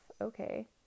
Okay